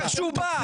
מהותו של הדיון,